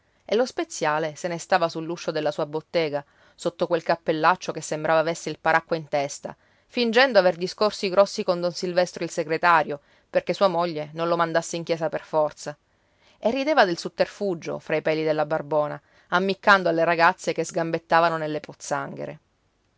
e lo speziale se ne stava sull'uscio della sua bottega sotto quel cappellaccio che sembrava avesse il paracqua in testa fingendo aver discorsi grossi con don silvestro il segretario perché sua moglie non lo mandasse in chiesa per forza e rideva del sotterfugio fra i peli della barbona ammiccando alle ragazze che sgambettavano nelle pozzanghere